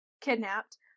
kidnapped